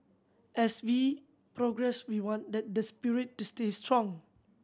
as we progress we want that the spirit to stay strong